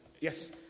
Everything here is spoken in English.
Yes